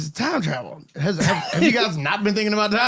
it's time travel. have you guys not been thinking about